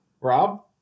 Rob